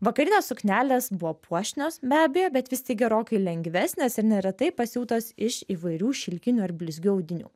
vakarinės suknelės buvo puošnios be abejo bet vis tik gerokai lengvesnės ir neretai pasiūtos iš įvairių šilkinių ar blizgių audinių